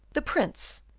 the prince,